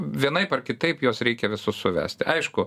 vienaip ar kitaip juos reikia visus suvesti aišku